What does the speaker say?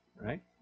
Right